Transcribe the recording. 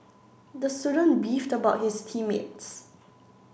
the student beefed about his team mates